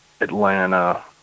Atlanta